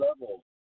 level